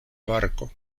parko